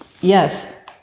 yes